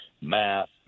math